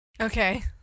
Okay